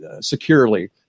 securely